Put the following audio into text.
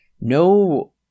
No